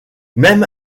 même